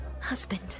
husband